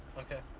ok.